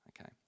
Okay